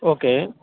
okay